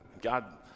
God